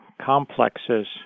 complexes